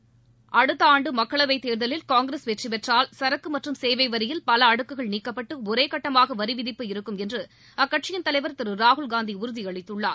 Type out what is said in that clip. we அடுத்த ஆண்டு மக்களவைத் தேர்தலில் காங்கிரஸ் வெற்றி பெற்றால் சரக்கு மற்றும் சேவை வரியில் பல அடுக்குகள் நீக்கப்பட்டு ஒரே கட்டமாக வரி விதிப்பு இருக்கும் என்று அக்கட்சியிள் தலைவர் திரு ராகுல்காந்தி உறுதியளித்துள்ளார்